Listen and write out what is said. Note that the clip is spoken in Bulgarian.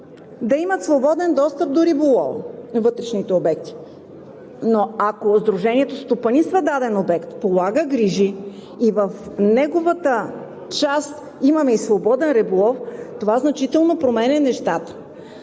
да имат свободен достъп до риболова на вътрешните обекти. Но ако сдружението стопанисва даден обект, полага грижи и в неговата част имаме и свободен риболов, това значително променя нещата.